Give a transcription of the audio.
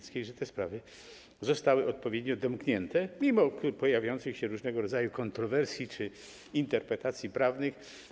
Chodzi o to, że te sprawy zostały odpowiednio domknięte mimo pojawiających się różnego rodzaju kontrowersji czy interpretacji prawnych.